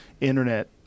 Internet